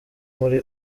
muri